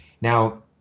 Now